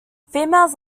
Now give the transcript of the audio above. females